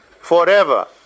forever